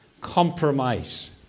compromise